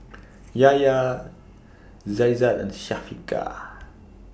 Yahya Aizat and Syafiqah